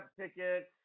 tickets